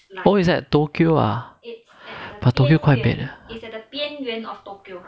oh it's at tokyo ah but tokyo quite bad leh